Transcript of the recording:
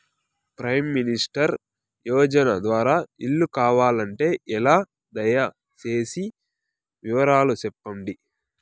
Prime minister యోజన ద్వారా ఇల్లు కావాలంటే ఎలా? దయ సేసి వివరాలు సెప్పండి?